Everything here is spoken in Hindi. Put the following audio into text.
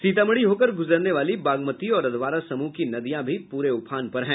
सीतामढी होकर गुजरने वाली बागमती और अधवारा समूह की नदियां भी पूरे उफान पर हैं